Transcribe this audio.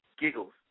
giggles